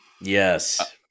Yes